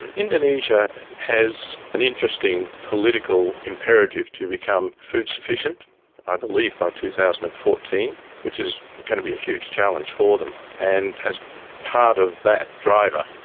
indonesia has an interesting political imperative to become food-sufficient i believe by two thousand and fourteen which is going to be a huge challenge for them, and as part of that driver,